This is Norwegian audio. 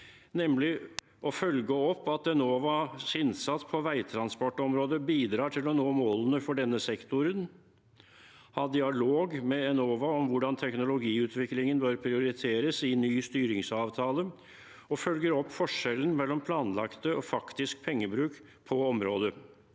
– følge opp at Enovas innsats på veitransportområdet bidrar til å nå målet for denne sektoren – ha dialog med Enova om hvordan teknologiutvikling bør prioriteres i ny styringsavtale, og følge opp forskjeller mellom planlagt og faktisk pengebruk på området